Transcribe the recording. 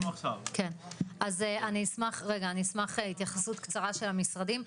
אז אני אשמח להתייחסות קצרה של המשרדים.